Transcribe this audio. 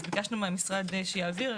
אז ביקשנו מהמשרד שיעביר.